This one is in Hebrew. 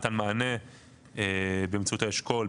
ונתן מענה באמצעות האשכול,